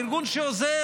זה ארגון שעוזר.